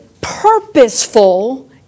purposeful